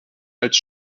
als